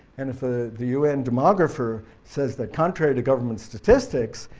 and if ah the un demographer says that contrary to government statistics,